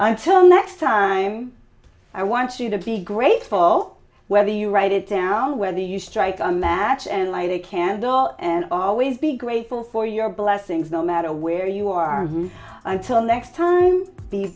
until next time i want you to be grateful whether you write it down where the you strike a match and light a candle and always be grateful for your blessings no matter where you are until next time